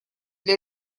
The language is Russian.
для